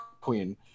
queen